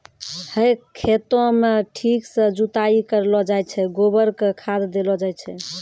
है खेतों म ठीक सॅ जुताई करलो जाय छै, गोबर कॅ खाद देलो जाय छै